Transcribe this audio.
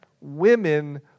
women